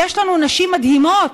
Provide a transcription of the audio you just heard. יש לנו נשים מדהימות,